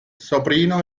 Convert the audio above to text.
sabrina